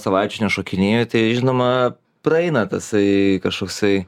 savaičių nešokinėju tai žinoma praeina tasai kažkoksai